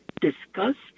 discussed